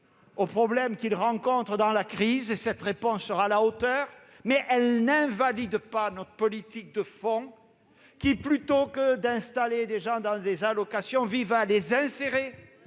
les plus démunis dans la crise. Cette réponse sera à la hauteur, mais elle n'invalide pas notre politique de fond, qui, plutôt que d'installer des gens dans les allocations, vise à les insérer